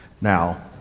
Now